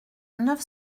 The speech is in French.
neuf